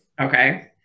Okay